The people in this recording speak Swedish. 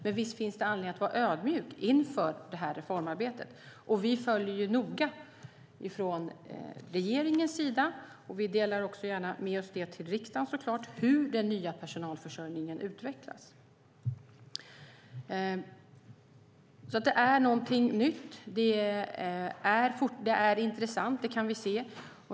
Men visst finns det anledning att vara ödmjuk inför reformarbetet. Vi följer från regeringens sida noga och delar gärna med oss till riksdagen hur den nya personalförsörjningen utvecklas. Det är någonting nytt och intressant.